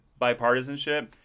bipartisanship